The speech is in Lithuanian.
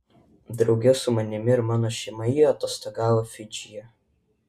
drauge su manimi ir mano šeima ji atostogavo fidžyje